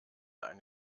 einen